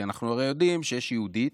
כי אנחנו הרי יודעים שיש "יהודית",